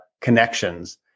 connections